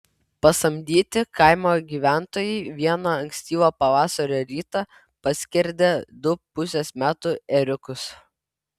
pasamdyti kaimo gyventojai vieną ankstyvo pavasario rytą paskerdė du pusės metų ėriukus